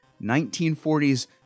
1940s